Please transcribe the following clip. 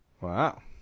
Wow